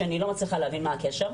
כשאני לא מצליחה להבין מה הקשר,